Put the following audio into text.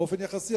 באופן יחסי,